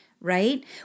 right